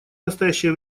настоящее